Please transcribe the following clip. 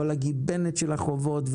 אבל הגיבנת של החובות,